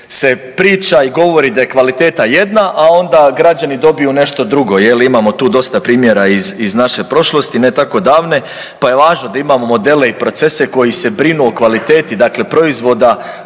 se priča i govori da je kvaliteta jedna a onda građani dobiju nešto drugo, jel, imamo tu dosta primjera iz naše prošlosti ne tako davne pa je važno da imamo modele i procese koji se brinu o kvaliteti, dakle proizvoda